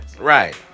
Right